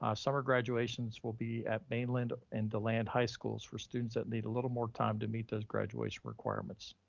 ah summer graduations will be at mainland and deland high schools for students that need a little more time to meet those graduation requirements,